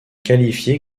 qualifiée